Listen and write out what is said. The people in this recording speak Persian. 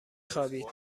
خوابید